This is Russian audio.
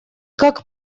как